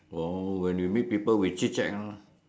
oh when you meet people we chit chat ah